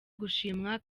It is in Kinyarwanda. gushimwa